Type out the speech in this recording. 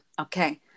Okay